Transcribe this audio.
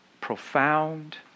profound